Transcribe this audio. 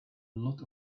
lot